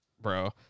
bro